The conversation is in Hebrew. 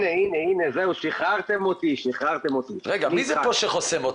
לי ספק שעם האנשים המומחים שלכם שמה ואתם מכירים,